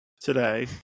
today